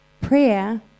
Prayer